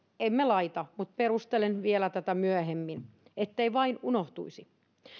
emme laita perustelen vielä tätä myöhemmin mutta ettei vain unohtuisi